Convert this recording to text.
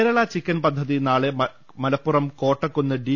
Kerala chicken പദ്ധതി നാളെ Malappuram Kottakkunnu D